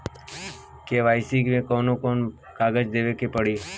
KYC मे कौन कौन कागज देवे के पड़ी?